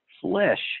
flesh